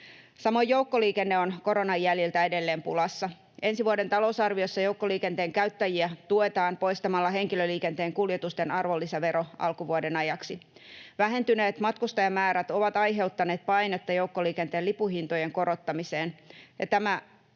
Samoin joukkoliikenne on koronan jäljiltä edelleen pulassa. Ensi vuoden talousarviossa joukkoliikenteen käyttäjiä tuetaan poistamalla henkilöliikenteen kuljetusten arvonlisävero alkuvuoden ajaksi. Vähentyneet matkustajamäärät ovat aiheuttaneet painetta joukkoliikenteen lipunhintojen korottamiseen,